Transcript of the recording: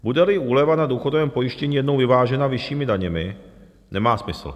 Budeli úleva na důchodovém pojištění jednou vyvážena vyššími daněmi, nemá smysl.